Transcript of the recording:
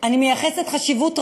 למנוע מוות,